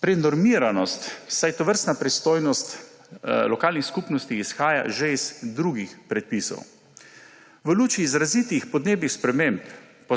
prenormiranost, saj tovrstna pristojnost lokalnih skupnosti izhaja že iz drugih predpisov. V luči izrazitih podnebnih sprememb